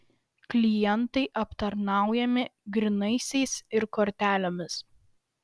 klientai aptarnaujami grynaisiais ir kortelėmis